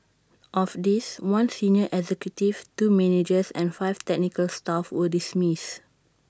of these one senior executive two managers and five technical staff were dismissed